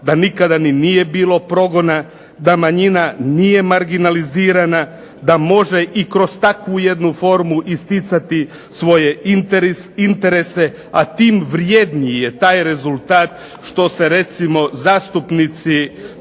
da nikada ni nije bilo progona, da manjina nije marginalizirana, da može i kroz takvu jednu formu isticati svoje interese, a tim vredniji je taj rezultat što se recimo zastupnici